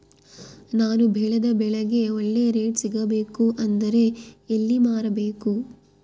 ನಾನು ಬೆಳೆದ ಬೆಳೆಗೆ ಒಳ್ಳೆ ರೇಟ್ ಸಿಗಬೇಕು ಅಂದ್ರೆ ಎಲ್ಲಿ ಮಾರಬೇಕು?